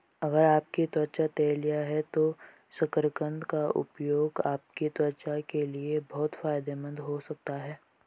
अगर आपकी त्वचा तैलीय है तो शकरकंद का उपयोग आपकी त्वचा के लिए बहुत फायदेमंद हो सकता है